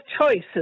choices